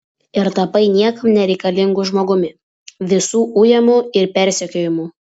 ir tapai niekam nereikalingu žmogumi visų ujamu ir persekiojamu